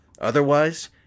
Otherwise